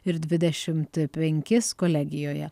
ir dvidešimt penkis kolegijoje